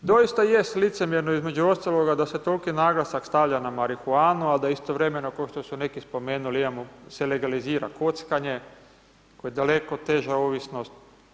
Doista jest licemjerno između ostaloga da se toliki naglasak stavlja na marihuanu, a da istovremeno kao što su neki spomenuli imamo se legalizira kockanje koja je daleko teža ovisnost.